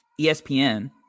ESPN